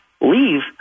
leave